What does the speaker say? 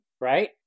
right